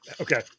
Okay